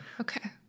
okay